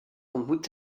ontmoet